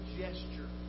gesture